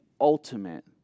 ultimate